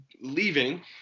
leaving